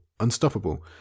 unstoppable